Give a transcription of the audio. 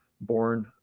born